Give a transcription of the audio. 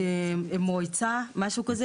באיזושהי מועצה, או משהו כזה.